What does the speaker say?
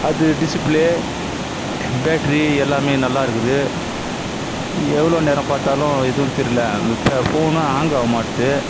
அது display battery எல்லாமே நல்லா இருக்குது எவ்வளோ நேரம் பார்த்தாலும் எதுவும் தெரியல ஃபோ ஃபோனும் ஹாங் ஆக மாட்டுது